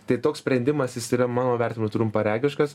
tai toks sprendimas jis yra mano vertinimu trumparegiškas